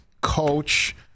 coach